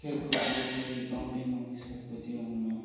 खेलकुदले चाहिँ गाउँले मानिसहरूको जीवनमा